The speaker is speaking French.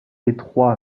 étroit